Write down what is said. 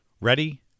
Ready